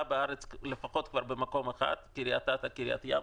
בארץ לפחות במקום אחד בקריית אתא ובקריית ים.